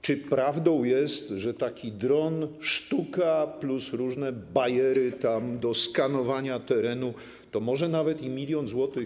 Czy prawdą jest, że taki dron, sztuka plus różne bajery do skanowania terenu to może nawet i milion złotych?